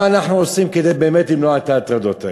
מה אנחנו עושים באמת כדי למנוע את ההטרדות האלה?